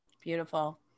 Beautiful